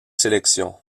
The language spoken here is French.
sélections